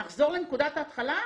האם נחזור לנקודת ההתחלה?